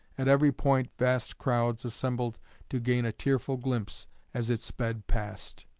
at every point vast crowds assembled to gain a tearful glimpse as it sped past.